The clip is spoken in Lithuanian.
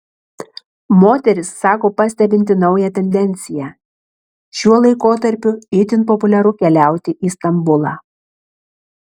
moteris sako pastebinti naują tendenciją šiuo laikotarpiui itin populiaru keliauti į stambulą